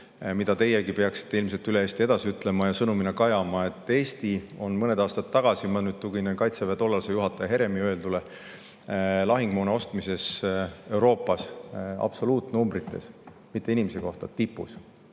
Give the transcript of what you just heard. mida teiegi peaksite ilmselt üle Eesti edasi ütlema ja mis peaks sõnumina kajama. Eesti oli mõned aastad tagasi – ma tuginen Kaitseväe tollase juhataja Heremi öeldule – lahingumoona ostmises Euroopas tipus, absoluutnumbrites, mitte inimese kohta.